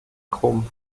krumm